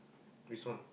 which one